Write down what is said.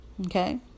okay